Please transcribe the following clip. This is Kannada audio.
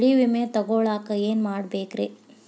ಬೆಳೆ ವಿಮೆ ತಗೊಳಾಕ ಏನ್ ಮಾಡಬೇಕ್ರೇ?